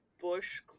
Bush